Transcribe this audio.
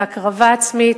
להקרבה עצמית,